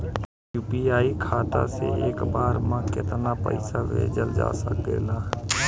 UPI खाता से एक बार म केतना पईसा भेजल जा सकेला?